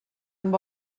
amb